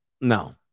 No